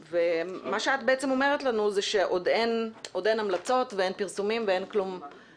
מה שאת בעצם אומרת לנו זה שעוד אין המלצות ואין פרסומים ואין כלום,